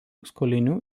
skolinių